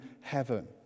heaven